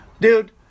Dude